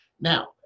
Now